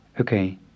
Okay